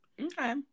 Okay